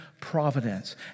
providence